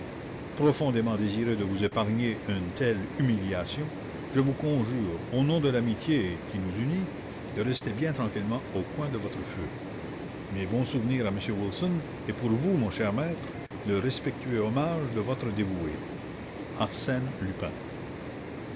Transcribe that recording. profondément désireux de vous épargner une telle humiliation je vous conjure au nom de l'amitié qui nous unit de rester bien tranquillement au coin de votre feu mes bons souvenirs à m wilson et pour vous mon cher maître le respectueux hommage de votre dévoué arsène lupin